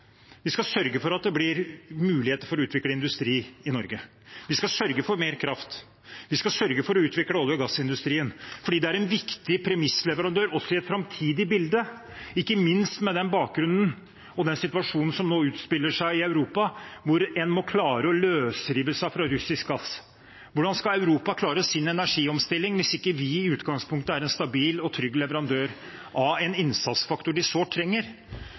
Vi skal sørge for at det blir muligheter for å utvikle industri i Norge. Vi skal sørge for mer kraft. Vi skal sørge for å utvikle olje- og gassindustrien fordi det er en viktig premissleverandør også i et framtidig bilde, ikke minst med den bakgrunnen og den situasjonen som nå utspiller seg i Europa, hvor en må klare å løsrive seg fra russisk gass. Hvordan skal Europa klare sin energiomstilling hvis ikke vi i utgangspunktet er en stabil og trygg leverandør av en innsatsfaktor de sårt trenger?